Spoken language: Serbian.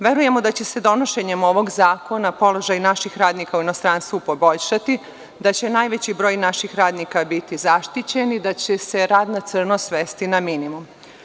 Verujemo da će se donošenjem ovog zakona položaj naših radnika u inostranstvu poboljšati, da će najveći broj naših radnika biti zaštićen i da će se rad na crno svesti na minimum.